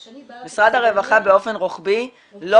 כשאני -- משרד הרווחה באופן רוחבי לא